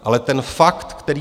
Ale ten fakt, který...